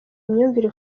imyumvire